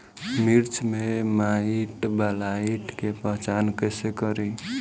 मिर्च मे माईटब्लाइट के पहचान कैसे करे?